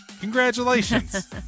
Congratulations